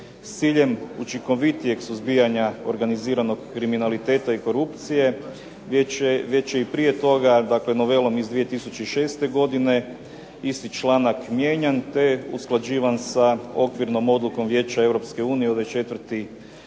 S ciljem učinkovitijeg suzbijanja organiziranog kriminaliteta i korupcije već je i prije toga novelom iz 2006. godine isti članak mijenjan te usklađivan sa okvirnom odlukom Vijeća Europske unije